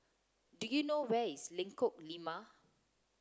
do you know where is Lengkong Lima